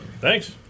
Thanks